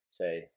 say